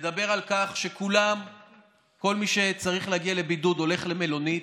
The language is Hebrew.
מדבר על כך שכל מי שצריך להגיע לבידוד הולך למלונית.